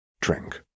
Drink